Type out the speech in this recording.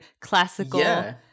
classical